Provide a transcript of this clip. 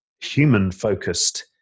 human-focused